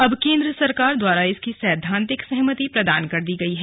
अब केन्द्र सरकार द्वारा इसकी सैद्वान्तिक सहमति प्रदान कर दी गई है